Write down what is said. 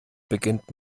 beginnt